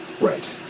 Right